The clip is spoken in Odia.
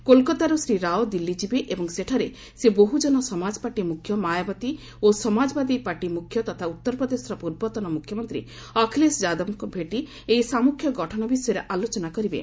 କୋଲକତାରୁ ଶ୍ରୀ ରାଓ ଦିଲ୍ଲୀଯିବେ ଏବଂ ସେଠାରେ ସେ ବହୁଜନ ସମାଜପାର୍ଟି ମୁଖ୍ୟ ମାୟାବତୀ ଓ ସମାଜବାଦୀ ପାର୍ଟି ମୁଖ୍ୟ ତଥା ଉତ୍ତର ପ୍ରଦେଶର ପୂର୍ବତନ ମୁଖ୍ୟମନ୍ତ୍ରୀ ଅଖିଳେଶ ଯାଦବଙ୍କୁ ଭେଟି ଏହି ସାମ୍ମଖ୍ୟ ଗଠନ ବିଷୟରେ ଆଲୋଚନା କରିବେ